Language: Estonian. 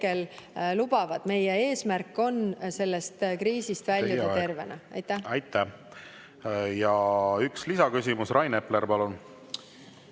lubavad. Meie eesmärk on sellest kriisist väljuda tervena. Teie aeg! Aitäh! Ja üks lisaküsimus. Rain Epler, palun!